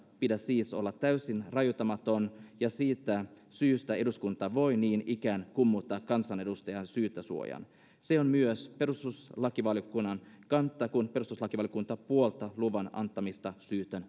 pidä olla täysin rajoittamaton ja siitä syystä eduskunta voi niin ikään kumota kansanedustajan syytesuojan se on myös perustuslakivaliokunnan kanta kun perustuslakivaliokunta puoltaa luvan antamista syytteen